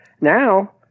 Now